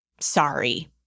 sorry